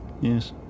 yes